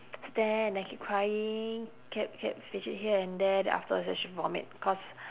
stand then keep crying kept kept fidget here and there then afterwards then she vomit cause